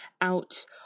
out